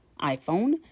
iPhone